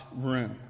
room